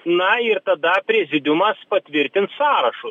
na ir tada prezidiumas patvirtins sąrašus